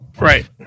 Right